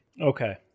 Okay